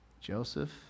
Joseph